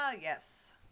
yes